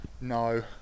No